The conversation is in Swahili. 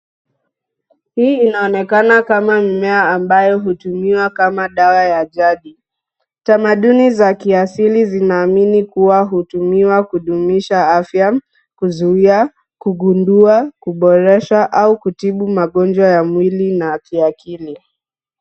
Hii inaonekana kama mmea ambayo hutumiwa kama dawa ya ajali, tamaduni za kiasili zinaamini kuwa hutumiwa kudumisha afya, kuzuia, kugundua, kuboresha au kutibu magonjwa ya mwili na ya kiakili.